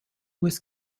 was